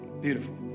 Beautiful